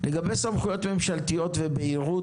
לגבי סמכויות ממשלתיות ובהירות,